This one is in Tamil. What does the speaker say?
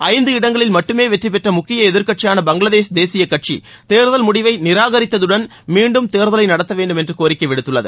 ஐந்து இடங்களில் மட்டுமே வெற்றி பெற்ற முக்கிய எதிர்கட்சியான பங்களாதேஷ் தேசிய கட்சி தேர்தல் முடிவை நிராகரித்ததுடன் மீன்டும் தேர்தலை நடத்த வேண்டும் என்று கோரிக்கை விடுத்துள்ளது